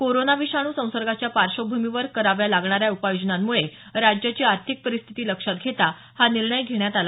corona विषाणू संसर्गाच्या पार्शभूमीवर कराव्या लागणाऱ्या उपाययोजनांमुळे राज्याची आर्थिक परिस्थिती लक्षात घेता हा निर्णय घेण्यात आला